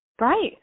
Right